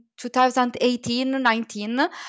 2018-19